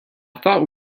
thought